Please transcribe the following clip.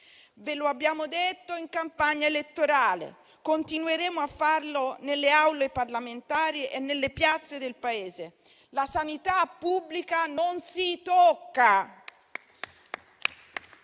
Ve lo abbiamo detto in campagna elettorale e continueremo a farlo nelle Aule parlamentari e nelle piazze del Paese: la sanità pubblica non si tocca.